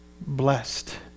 blessed